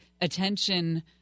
attention